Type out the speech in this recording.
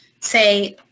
say